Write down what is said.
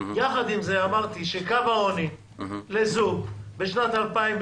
יחד עם זאת, אמרתי שקו העוני לזוג לשנת 2020